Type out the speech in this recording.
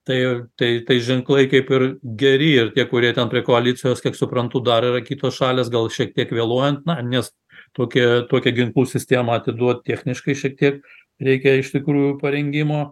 tai tai tai ženklai kaip ir geri ir tie kurie ten prie koalicijos kiek suprantu dar yra kitos šalys gal šiek tiek vėluojant na nes tokie tokią ginklų sistemą atiduot techniškai šiek tiek reikia iš tikrųjų parengimo